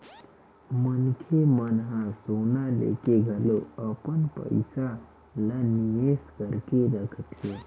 मनखे मन ह सोना लेके घलो अपन पइसा ल निवेस करके रखथे